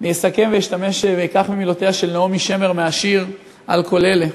אני אסכם ואקח ממילותיה של נעמי שמר מהשיר "על כל אלה",